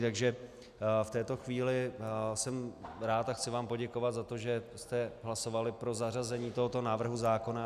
Takže v této chvíli jsem rád a chci vám poděkovat za to, že jste hlasovali pro zařazení tohoto návrhu zákona.